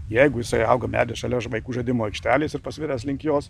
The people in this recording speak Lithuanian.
jeigu jisai auga medis šalia vaikų žaidimų aikštelės ir pasviręs link jos